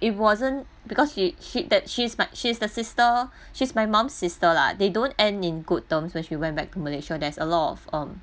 it wasn't because she she that she's my she's the sister she's my mum's sister lah they don't end in good terms so when she went back to malaysia there is a lot of um